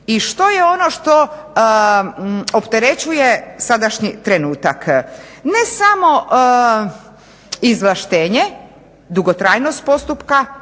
I što je ono što opterećuje sadašnji trenutak? Ne samo izvlaštenje, dugotrajnost postupka,